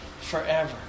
forever